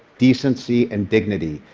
decency and dignity,